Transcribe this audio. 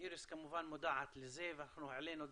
איריס כמובן מודעת לזה ואנחנו העלינו את